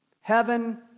heaven